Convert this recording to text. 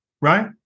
right